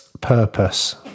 purpose